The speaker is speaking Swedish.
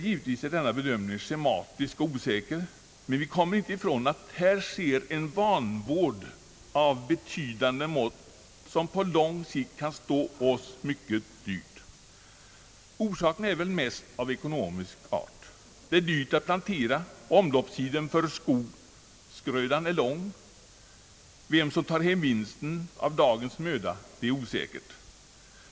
Givetvis är denna bedömning sche Statsverkspropositionen m.m. matisk och osäker, men vi kommer inte ifrån att här sker en vanvård av betydande mått, som på lång sikt kan stå oss dyrt. Orsaken är väl mest av ekonomisk art. Det är dyrt att plantera skog, och omloppstiden för skogsgrödan är lång. Vem som tar hem vinsten av dagens möda är osäkert.